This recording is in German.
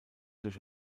durch